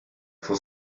for